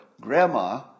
grandma